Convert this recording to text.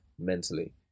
mentally